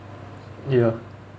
ya